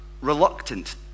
reluctant